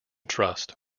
trust